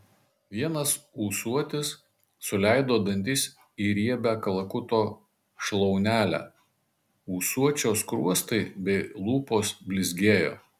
vienas ūsuotis suleido dantis į riebią kalakuto šlaunelę ūsuočio skruostai bei lūpos blizgėjo